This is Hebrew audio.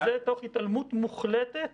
וזה תוך התעלמות מוחלטת